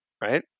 Right